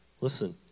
Listen